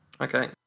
Okay